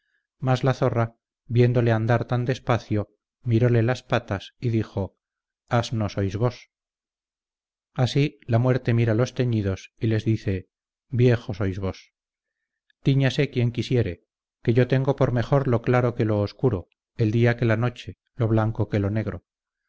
mas la zorra viéndole andar tan despacio mirole las patas y dijo asno sois vos así la muerte mira los teñidos y les dice viejo sois vos tiñase quien quisiere que yo tengo por mejor lo claro que lo obscuro el día que la noche lo blanco que lo negro